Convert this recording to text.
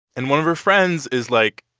and one of her friends is like,